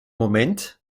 moment